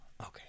Okay